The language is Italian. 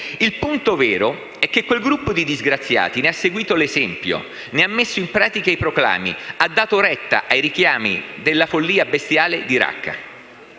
Il punto vero è che quel gruppo di disgraziati ne ha seguito l'esempio, ne ha messo in pratica i proclami, ha dato retta ai richiami della follia bestiale di Raqqa.